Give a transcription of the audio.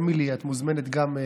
אמילי, גם את מוזמנת לשאול.